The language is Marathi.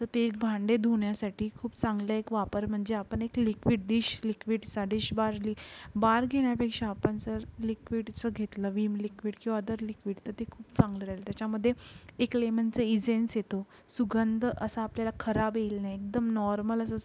तर ते एक भांडे धुण्यासाठी खूप चांगलं एक वापर म्हणजे आपण एक लिक्विड डिश लिक्विडसा डिशबार ली बार घेण्यापेक्षा आपण जर लिक्विडचं घेतलं विम लिक्विड किंवा अदर लिक्विड तर ते खूप चांगलं रेल त्याच्यामध्ये एक लेमनचं इजेस्न्स येतो सुगंध असा आपल्याला खराब येईल नाय एकदम नॉर्मल असा